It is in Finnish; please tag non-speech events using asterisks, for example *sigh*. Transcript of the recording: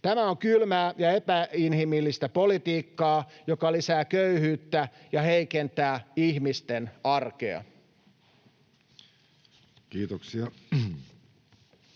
Tämä on kylmää ja epäinhimillistä politiikkaa, joka lisää köyhyyttä ja heikentää ihmisten arkea. *noise*